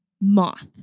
moth